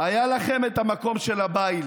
היה לכם המקום של הבית,